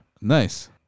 nice